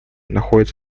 находится